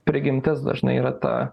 prigimtis dažnai yra ta